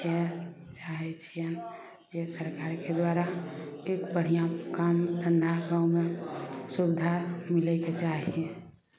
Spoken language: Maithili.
इएह चाहै छियनि जे सरकारके दुआरा कोइ बढ़िऑं काम धन्धा गाँवमे सुविधा मिलैके चाहियै